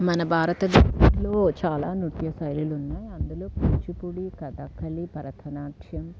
మన భారతదేశంలో చాలా నృత్య శైలులు ఉన్నాయి అందులో కూచిపూడి కథాకళి భరతనాట్యం